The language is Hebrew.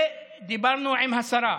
ודיברנו עם השרה,